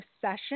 session